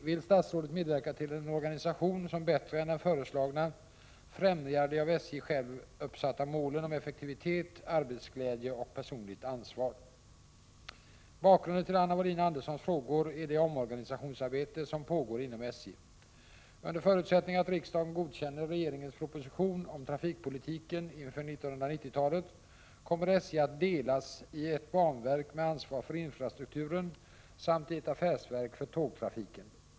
Vill statsrådet medverka till en organisation som bättre än den föreslagna främjar de av SJ själv uppsatta målen om effektivitet, arbetsglädje och personligt ansvar? Bakgrunden till Anna Wohlin-Anderssons frågor är det omorganisationsarbete som pågår inom SJ. Under förutsättning att riksdagen godkänner regeringens proposition om trafikpolitiken inför 1990-talet, kommer SJ att delas i ett banverk med ansvar för infrastrukturen samt i ett affärsverk för tågtrafiken.